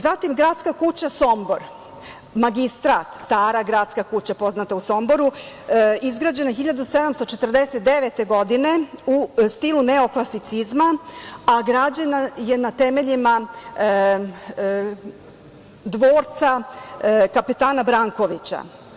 Zatim, Gradska kuća Sombor, Magistrat, stara gradska kuća poznata u Somboru, izgrađena 1749. godine u stilu neoklasicizma, a građena je na temeljima dvorca kapetana Brankovića.